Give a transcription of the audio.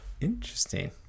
Interesting